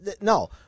no